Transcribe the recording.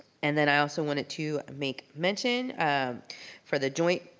and then i also wanted to make mention for the joint